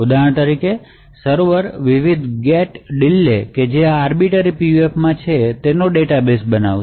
ઉદાહરણ તરીકે સર્વર વિવિધ ગેટ ડીલે જે આ આર્બિટર PUFમાં છે તેનો ડેટાબેસ બનાવશે